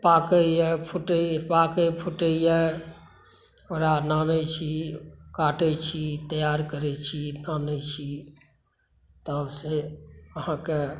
पाकैया फूटैया पाकैया फ़ुटैया ओकरा लाने छी काटै छी तैआर करै छी लानै छी तहन से अहाँके